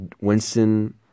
Winston